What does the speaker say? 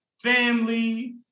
family